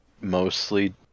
mostly